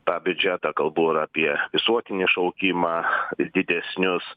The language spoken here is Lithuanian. tą biudžetą kalbu ir apie visuotinį šaukimą ir didesnius